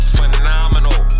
phenomenal